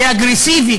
כאגרסיבי,